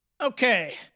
Okay